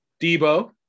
debo